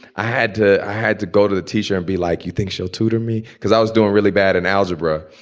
i had to i had to go to the teacher and be like, you think she'll tutor me because i was doing really bad in algebra?